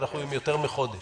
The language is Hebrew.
יותר מחודש